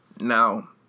now